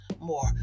more